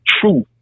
truth